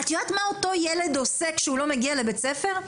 את יודעת מה אותו ילד עושה כשהוא לא מגיע לבית ספר?